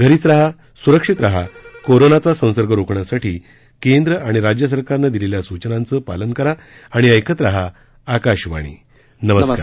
घरीच रहा सुरक्षित रहा कोरोनाचा संसर्ग रोखण्यासाठी केंद्र आणि राज्य सरकारनं दिलेल्या सूचनांचं पालन करा आणि ऐकत रहा आकाशवाणी नमस्कार